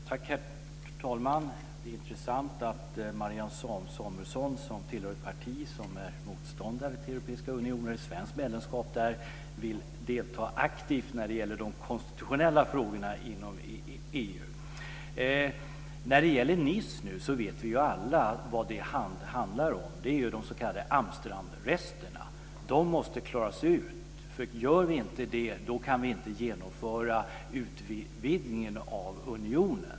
Herr talman! Det är intressant att Marianne Samuelsson som tillhör ett parti som är motståndare till ett svenskt medlemskap i Europeiska unionen vill delta aktivt när det gäller de konstitutionella frågorna inom När det gäller mötet i Nice så vet vi alla vad det handlar om, nämligen de s.k. Amsterdamresterna. De måste klaras ut. Om vi inte gör det så kan vi inte genomföra utvidgningen av unionen.